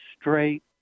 straight